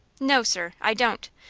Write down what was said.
no, sir i don't.